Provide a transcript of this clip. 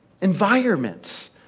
environments